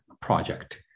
project